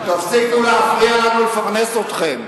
תפסיקו להפריע לנו לפרנס אתכם.